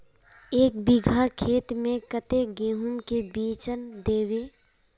एक बिगहा खेत में कते गेहूम के बिचन दबे?